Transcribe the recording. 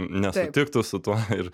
nesutiktų su tuo ir